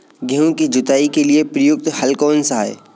गेहूँ की जुताई के लिए प्रयुक्त हल कौनसा है?